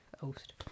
host